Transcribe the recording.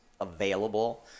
available